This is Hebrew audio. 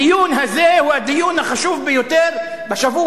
הדיון הזה הוא הדיון החשוב ביותר בשבוע